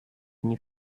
nie